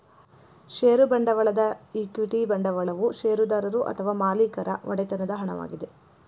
ಷೇರು ಬಂಡವಾಳದ ಈಕ್ವಿಟಿ ಬಂಡವಾಳವು ಷೇರುದಾರರು ಅಥವಾ ಮಾಲೇಕರ ಒಡೆತನದ ಹಣವಾಗಿದೆ